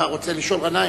אתה רוצה לשאול, גנאים?